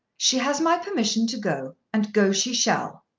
she has my permission to go and go she shall!